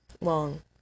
Long